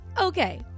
Okay